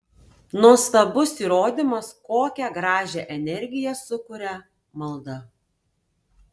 nuostabus įrodymas kokią gražią energiją sukuria malda